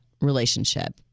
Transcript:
relationship